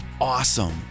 awesome